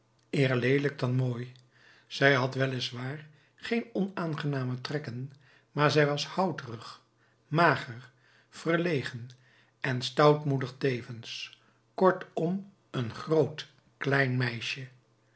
eer leelijk dan mooi zij had wel is waar geen onaangename trekken maar zij was houterig mager verlegen en stoutmoedig tevens kortom een groot klein meisje